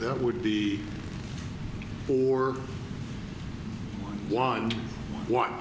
that would be for one one o